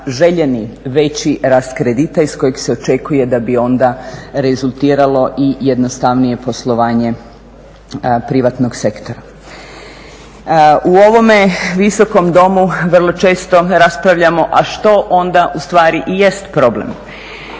željeni, veći rast kredita iz kojeg se očekuje da bi onda rezultiralo i jednostavnije poslovanje prihvatnog sektora. U ovome viskom domu vrlo često raspravljamo a što onda u stvari i jest problem.